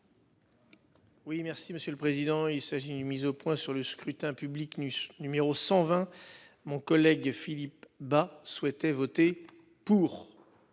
Oui, merci monsieur le président, il s'agit d'une mise au point sur le scrutin public nu numéro 120. Mon collègue Philippe Bas souhaitaient voter pour.